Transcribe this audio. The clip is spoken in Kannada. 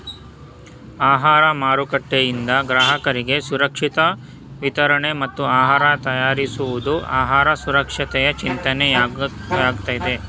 ಆಹಾರ ಮಾರುಕಟ್ಟೆಯಿಂದ ಗ್ರಾಹಕರಿಗೆ ಸುರಕ್ಷಿತ ವಿತರಣೆ ಮತ್ತು ಆಹಾರ ತಯಾರಿಸುವುದು ಆಹಾರ ಸುರಕ್ಷತೆಯ ಚಿಂತನೆಯಾಗಯ್ತೆ